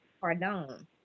Pardon